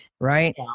Right